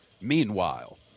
Meanwhile